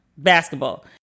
basketball